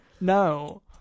No